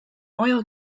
oil